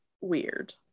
weird